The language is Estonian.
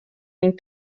ning